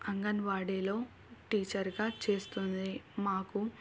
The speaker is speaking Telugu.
అంగన్వాడీలో టీచర్గా చేస్తుంది మాకు